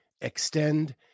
Extend